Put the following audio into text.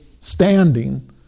standing